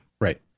Right